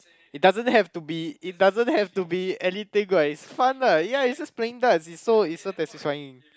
it doesn't have to be it doesn't have to be anything [what] it's fun lah ya it's just playing darts it's so it's so satisfying